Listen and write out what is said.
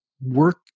work